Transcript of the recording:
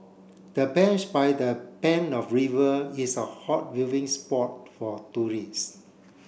the bench by the ban of river is a hot viewing spot for tourists